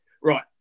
right